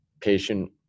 patient